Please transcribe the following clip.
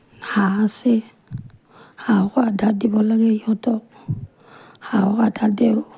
হাঁহ আছে হাঁহকো আধা দিব লাগে সিহঁতক হাঁহক আধা দিওঁ